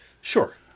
Sure